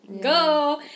Go